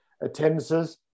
attendances